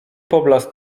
poblask